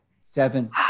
seven